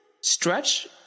Stretch